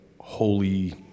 holy